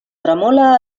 tremole